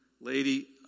lady